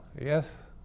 yes